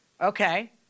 Okay